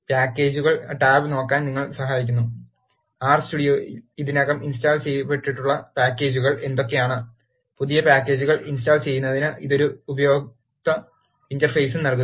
പാക്കേജുകൾ ടാബ് നോക്കാൻ നിങ്ങളെ സഹായിക്കുന്നു ആർ സ്റ്റുഡിയോയിൽ ഇതിനകം ഇൻസ്റ്റാൾ ചെയ്തിട്ടുള്ള പാക്കേജുകൾ എന്തൊക്കെയാണ് പുതിയ പാക്കേജുകൾ ഇൻസ്റ്റാൾ ചെയ്യുന്നതിന് ഇത് ഒരു ഉപയോക്തൃ ഇന്റർഫേസും നൽകുന്നു